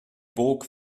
burg